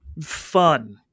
fun